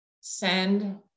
send